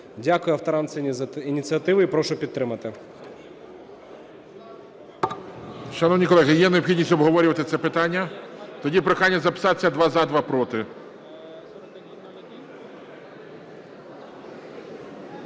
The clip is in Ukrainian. Дякую авторам цієї ініціативи. І прошу підтримати.